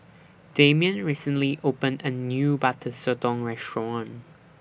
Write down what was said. Damian recently opened A New Butter Sotong Restaurant